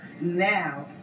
now